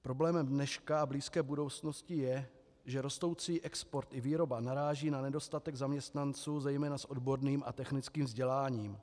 Problémem dneška a blízké budoucnosti je, že rostoucí export i výroba naráží na nedostatek zaměstnanců zejména s odborným a technickým vzděláním.